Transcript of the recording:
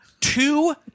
two